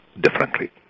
differently